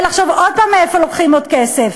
לחשוב עוד פעם מאיפה לוקחים עוד כסף?